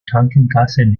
krankenkassen